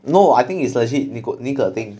no I think it's legit 尼苦尼可丁